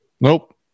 Nope